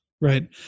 Right